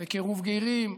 קירוב גרים.